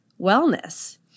Wellness